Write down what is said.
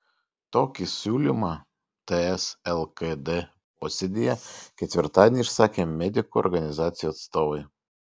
tokį siūlymą ts lkd posėdyje ketvirtadienį išsakė medikų organizacijų atstovai